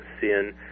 sin